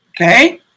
Okay